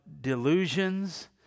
delusions